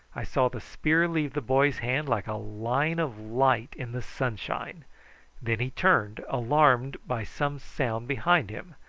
i saw the spear leave the boy's hand like a line of light in the sunshine then he turned, alarmed by some sound behind him,